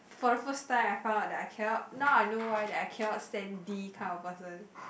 for the first time I found out that I cannot now I know why that I cannot stand D kind of person